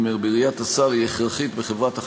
אני אומר, בראיית השר היא הכרחית בחברת החשמל,